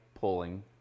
pulling